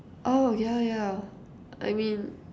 oh yeah yeah I mean